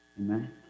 Amen